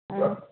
ꯑꯥ